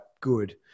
good